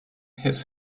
his